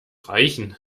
reichen